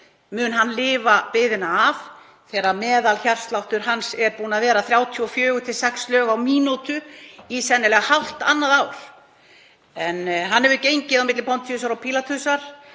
Mun hann lifa biðina af þegar meðalhjartsláttur hans er búinn að vera 34–36 slög á mínútu í sennilega hálft annað ár? Hann hefur gengið á milli Heródesar og Pílatusar